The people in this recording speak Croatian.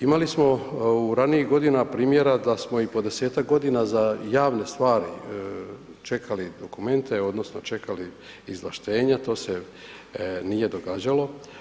Imali smo ranijih godina primjera da smo i po 10-ak godina za javne stvari čekali dokumente, odnosno čekali izvlaštenja, to se nije događalo.